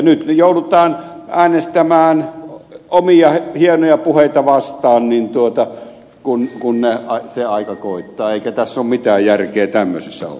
nyt joudutaan äänestämään omia hienoja puheita vastaan kun se aika koittaa eikä tässä ole mitään järkeä tämmöisessä hommassa